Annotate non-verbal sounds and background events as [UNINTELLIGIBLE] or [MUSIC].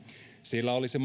sillä olisi [UNINTELLIGIBLE]